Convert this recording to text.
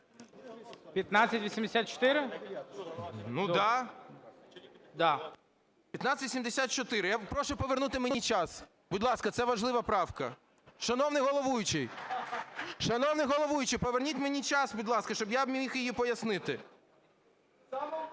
О.О. 1584. Я прошу повернути мені час. Будь ласка, це важлива правка. Шановний головуючий! Шановний головуючий, поверніть мені час, будь ласка, щоб я міг її пояснити.